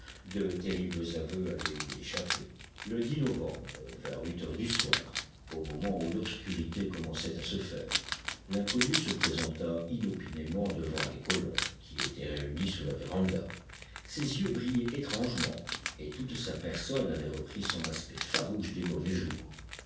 de terribles aveux allaient lui échapper le novembre vers huit heures du soir au moment où l'obscurité commençait à se faire l'inconnu se présenta inopinément devant les colons qui étaient réunis sous la véranda ses yeux brillaient étrangement et toute sa personne avait repris son aspect farouche des mauvais jours